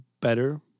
better